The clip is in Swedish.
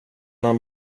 han